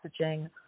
messaging